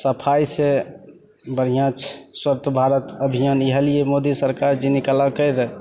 सफाइसँ बढ़िआँ छै स्वच्छ भारत अभियान इएह लिये मोदी सरकारजी निकालल कए रऽ